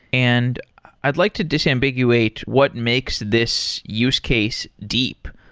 and i'd like to disambiguate what makes this use case deep.